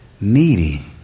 Needy